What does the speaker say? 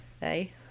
hey